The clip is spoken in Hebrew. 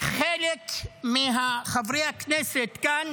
חלק מחברי הכנסת כאן